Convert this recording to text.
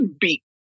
beat